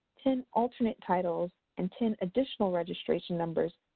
ten alternate titles, and ten additional registration numbers,